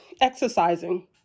Exercising